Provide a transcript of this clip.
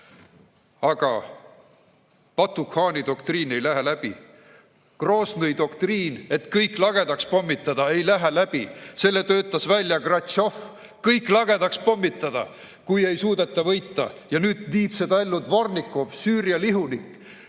Aga Batu-khaani doktriin ei lähe läbi. Groznõi doktriin, et kõik lagedaks pommitada, ei lähe läbi. Selle töötas välja Gratšov – kõik lagedaks pommitada, kui ei suudeta võita. Ja nüüd viib seda ellu Dvornikov, Süüria lihunik.